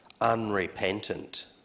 unrepentant